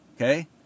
okay